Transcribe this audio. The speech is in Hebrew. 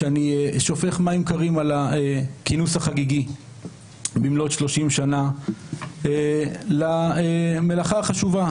שאני שופך מים קרים על הכינוס החגיגי במלאות שלושים שנה למלאכה החשובה.